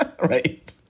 Right